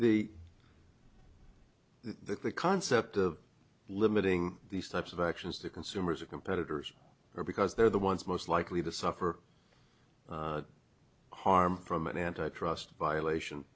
the the concept of limiting these types of actions to consumers or competitors or because they're the ones most likely to suffer harm from an antitrust violation